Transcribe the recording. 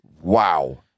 wow